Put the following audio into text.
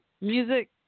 music